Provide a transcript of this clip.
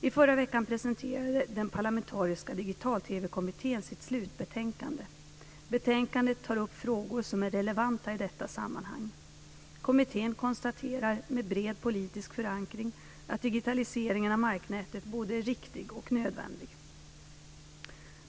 I förra veckan presenterade den parlamentariska Digital-TV-kommittén sitt slutbetänkande . Betänkandet tar upp frågor som är relevanta i detta sammanhang. Kommittén konstaterar - med bred politisk förankring - att digitaliseringen av marknätet både är riktig och nödvändig.